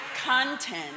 content